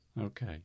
okay